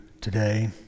today